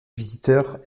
visiteurs